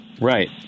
Right